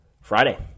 Friday